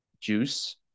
juice